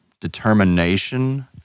determination